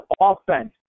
offense